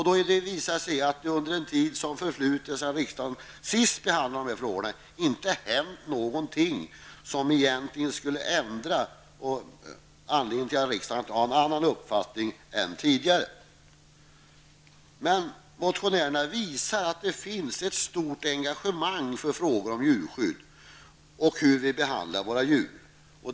Det visar sig också att det under den tid som förflutit sedan riksdagen senast behandlade dessa frågor inte har hänt någonting som egentligen skulle ge anledning för riksdagen att ha en annan uppfattning än tidigare. Motionärerna visar dock att det finns ett stort engagemang för frågor om djurskydd och hur vi behandlar våra djur.